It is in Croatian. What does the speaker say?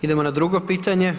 Idemo na drugo pitanje.